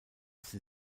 sie